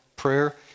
Prayer